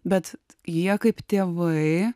bet jie kaip tėvai